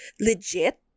legit